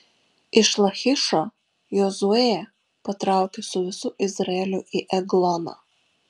iš lachišo jozuė patraukė su visu izraeliu į egloną